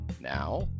Now